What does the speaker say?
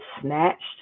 snatched